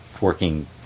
working